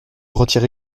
retire